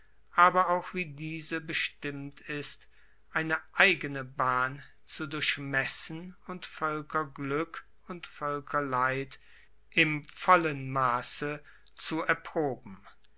aber auch wie diese bestimmt ist eine eigene bahn zu durchmessen und voelkerglueck und voelkerleid im vollen masse zu erproben